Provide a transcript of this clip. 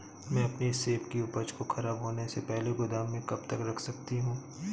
मैं अपनी सेब की उपज को ख़राब होने से पहले गोदाम में कब तक रख सकती हूँ?